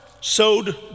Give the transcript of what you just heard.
sowed